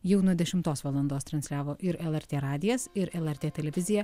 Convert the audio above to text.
jau nuo dešimtos valandos transliavo ir lrt radijas ir lrt televizija